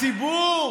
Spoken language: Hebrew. הציבור